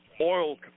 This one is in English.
oil